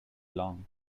long